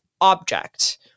object